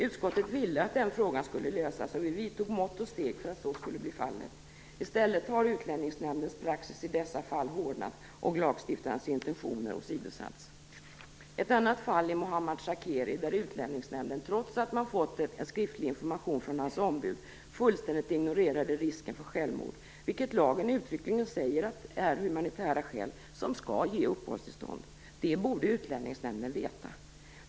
Utskottet ville att den frågan skulle lösas, och vi vidtog mått och steg för att så skulle bli fallet. I stället har Utlänningsnämndens praxis i dessa fall hårdnat och lagstiftarens intentioner åsidosatts. Ett annat fall är Mohammad Shakeri där Utlänningsnämnden, trots att man fått en skriftlig information från hans ombud, fullständigt ignorerade risken för självmord, vilket lagen uttryckligen säger är humanitära skäl som skall ge uppehållstillstånd. Det borde Utlänningsnämnden veta.